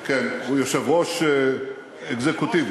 כן, הוא יושב-ראש אקזקוטיבי.